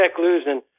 losing